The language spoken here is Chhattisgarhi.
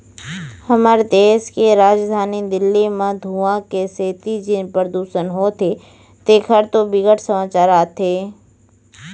हमर देस के राजधानी दिल्ली म धुंआ के सेती जेन परदूसन होथे तेखर तो बिकट समाचार आथे